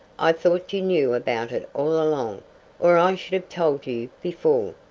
i thought you knew about it all along or i should have told you before.